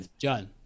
John